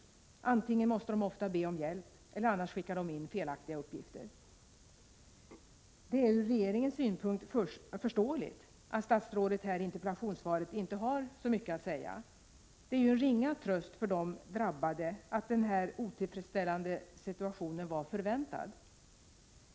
Antingen måste de ofta be om hjälp eller också skickar de in felaktiga uppgifter. Det är ur regeringens synpunkt förståeligt att statsrådet i interpellationssvaret här inte har så mycket att säga. Det är dock en ringa tröst för de drabbade att den här otillfredsställande situationen var väntad.